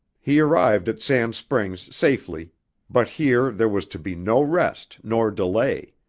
he arrived at sand springs safely but here there was to be no rest nor delay.